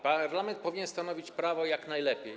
Parlament powinien stanowić prawo jak najlepiej.